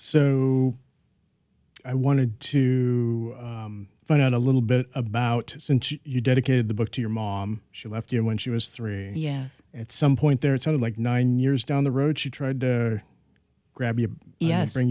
so i wanted to find out a little bit about since you dedicated the book to your mom she left here when she was three at some point there it's not like nine years down the road she tried to grab you yes bring